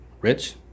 Rich